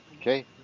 Okay